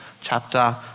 chapter